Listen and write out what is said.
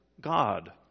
God